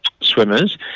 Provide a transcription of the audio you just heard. swimmers